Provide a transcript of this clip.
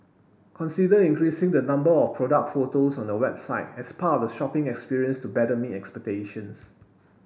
consider increasing the number of product photos on your website as part of the shopping experience to better meet expectations